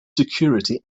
security